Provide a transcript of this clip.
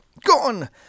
Gone